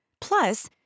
Plus